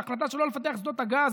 ההחלטה שלא לפתח את שדות הגז,